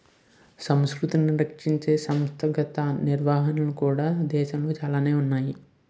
సంస్కృతిని రక్షించే సంస్థాగత నిర్వహణలు కూడా దేశంలో చాలా ఉన్నాయి